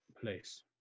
place